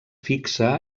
fixa